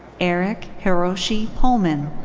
eric hiroshi pollman.